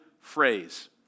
phrase